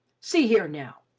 see here now,